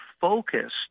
focused